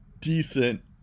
decent